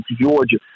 Georgia